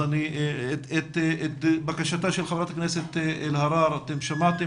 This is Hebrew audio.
את בקשתה של חברת הכנסת אלהרר אתם שמעתם